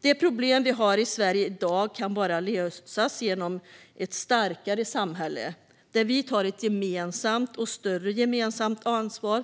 De problem vi har i Sverige i dag kan bara lösas genom ett starkare samhälle, där vi tar ett större gemensamt ansvar